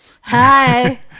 Hi